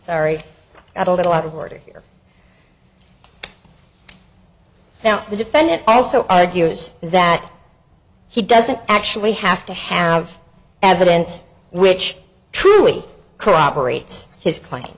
sorry not a little out of order here now the defendant also argues that he doesn't actually have to have evidence which truly corroborates his cla